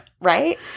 right